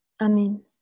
Amen